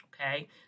okay